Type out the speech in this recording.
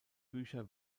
bücher